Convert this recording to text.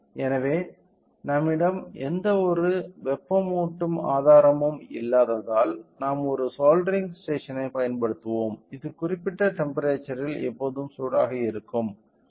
எனவே நம்மிடம் எந்த ஒரு வெப்பமூட்டும் ஆதாரமும் இல்லாததால் நாம் ஒரு சோல்டரிங் ஸ்டேஷனைப் பயன்படுத்துவோம் இது குறிப்பிட்ட டெம்ப்பெரேச்சர்ல் எப்போதும் சூடாக இருக்கும்